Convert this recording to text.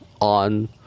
on